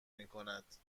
میکند